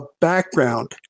background